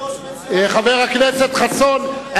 חבר הכנסת חסון,